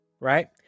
Right